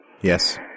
Yes